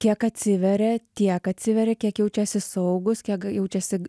kiek atsiveria tiek atsiveria kiek jaučiasi saugūs kiek jaučiasi